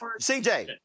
CJ